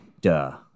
duh